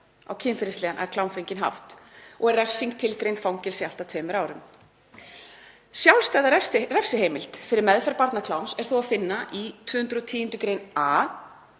á kynferðislegan eða klámfenginn hátt, og er refsing tilgreind fangelsi allt að tveimur árum. Sjálfstæða refsiheimild fyrir meðferð barnakláms er þó að finna í 210. gr.